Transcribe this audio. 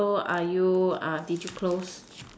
so are you did you close